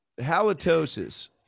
halitosis